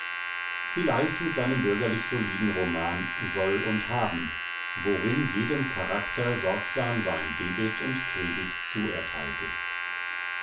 vielleicht mit seinem bürgerlich soliden roman soll und haben worin jedem charakter sorgsam sein debet und kredit zuerteilt ist